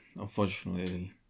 unfortunately